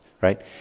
right